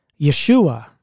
Yeshua